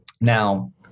Now